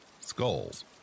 skulls